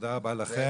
תודה רבה לכם.